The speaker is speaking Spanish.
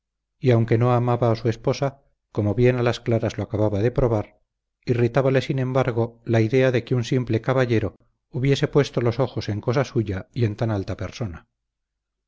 y aunque no amaba a su esposa como bien a las claras lo acababa de probar irritábale sin embargo la idea de que un simple caballero hubiese puesto los ojos en cosa suya y en tan alta persona